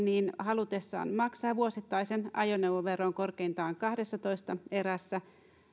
niin halutessaan maksaa vuosittaisen ajoneuvoveron korkeintaan kahdessatoista erässä